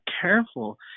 careful